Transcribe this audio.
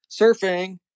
surfing